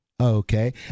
okay